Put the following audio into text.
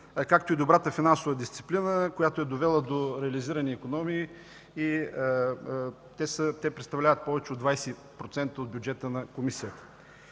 както и добрата финансова дисциплина, която е довела до реализирани икономии. Те представляват повече от 20% от бюджета на Комисията.